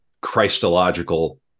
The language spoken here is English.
Christological